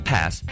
Pass